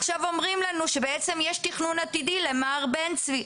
עכשיו אומרים לנו שבעצם יש תכנון עתידי למע"ר בן צבי.